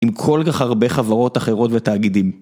עם כל כך הרבה חברות אחרות ותאגידים.